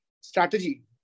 strategy